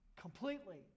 completely